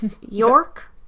York